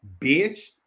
Bitch